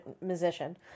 musician